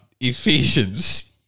Ephesians